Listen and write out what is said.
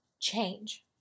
change